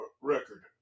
record